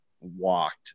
Walked